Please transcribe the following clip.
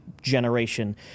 generation